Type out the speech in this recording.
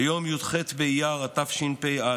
ביום י"ח באייר התשפ"א,